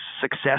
success